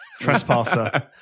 Trespasser